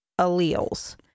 alleles